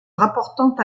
rapportant